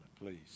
please